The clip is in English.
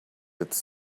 its